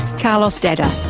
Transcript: carlos dada,